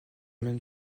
même